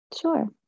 Sure